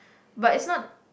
but it's not